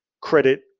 credit